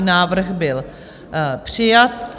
Návrh byl přijat.